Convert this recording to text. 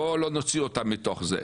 בוא לא נוציא אותן מתוך זה.